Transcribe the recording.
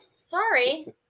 Sorry